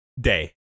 Day